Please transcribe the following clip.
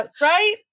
Right